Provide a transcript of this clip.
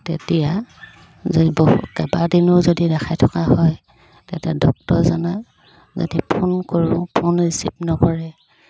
তেতিয়া যদি বহু কেইবাদিনো যদি দেখাই থকা হয় তেতিয়া ডক্তৰজনে যদি ফোন কৰোঁ ফোন ৰিচিভ নকৰে